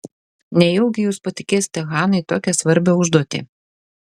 nejaugi jūs patikėsite hanai tokią svarbią užduotį